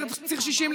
דרך ציר 60,